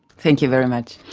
thank you very much.